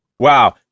Wow